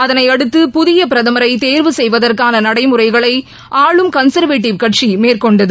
அதனையடுத்து புதிய பிரதமரை தேர்வு செய்வதற்கான நடைமுறைகளை ஆளும் கன்சர்வேட்டிவ் கட்சி மேற்கொண்டது